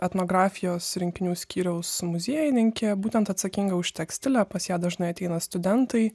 etnografijos rinkinių skyriaus muziejininkė būtent atsakinga už tekstilę pas ją dažnai ateina studentai